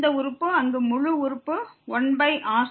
இந்த முழு உறுப்பையும் நாம் கணக்கிட முடியும்